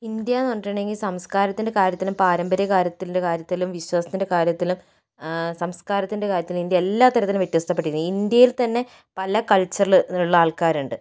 ഇന്ഡ്യാന്ന് പറഞ്ഞിട്ടുണ്ടെങ്കില് സംസ്കാരത്തിന്റെ കാര്യത്തിലും പാരമ്പര്യ പാരമ്പര്യത്തിന്റെ വിശ്വാസത്തിൻറെ കാര്യത്തിലും സംസ്കാരത്തിന്റെ കാര്യത്തിലും എല്ലാ തരത്തിലും വ്യത്യസ്തപ്പെട്ടിരുക്കുന്നു ഇന്ഡ്യയില് തന്നെ പല കള്ച്ചറിലുള്ള ആൾക്കാരുണ്ട്